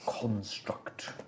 Construct